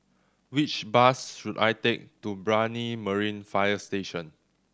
which bus should I take to Brani Marine Fire Station